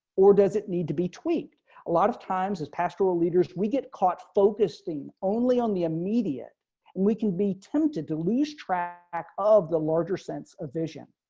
or does it need to be tweaked a lot of times as pastoral leaders we get caught. focusing only on the immediate we can be tempted to lose track of the larger sense of vision.